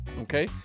okay